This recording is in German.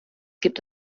gibt